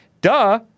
Duh